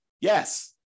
Yes